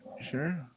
Sure